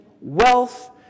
wealth